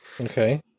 Okay